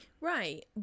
Right